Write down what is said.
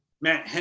man